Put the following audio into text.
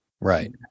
Right